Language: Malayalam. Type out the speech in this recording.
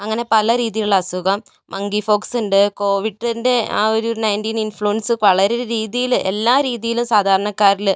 അങ്ങനെ പല രീതിയിലുള്ള അസുഖം മങ്കി പോക്സ് ഉണ്ട് കോവിഡിൻ്റെ ആ ഒരു നൈറ്റീൻ ഇൻഫ്ളുവൻസ് വളരെ രീതിയിൽ എല്ലാ രീതിയിലും സാധാരണക്കാരിൽ